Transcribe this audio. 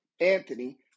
Anthony